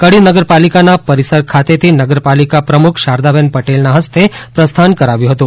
કડી નગરપાલિકાના પરિસર ખાતેથી નગર પાલિકા પ્રમુખ શારદાબહેન પટેલના હસ્તે પ્રસ્થાન કરાવ્યું હતું